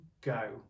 go